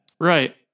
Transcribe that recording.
Right